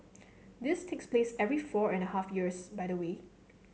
this takes place every four and half years by the way